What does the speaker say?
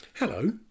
Hello